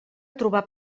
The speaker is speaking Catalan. trobar